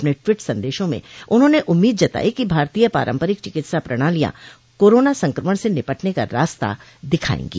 अपने ट्वीट संदेशा में उन्होंने उम्मीद जताई कि भारतीय पारंपरिक चिकित्सा प्रणालियां कोरोना संक्रमण से निपटने का रास्ता दिखाएंगी